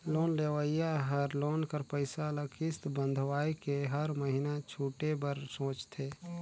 loan लेहोइया हर loan कर पइसा ल किस्त बंधवाए के हर महिना छुटे बर सोंचथे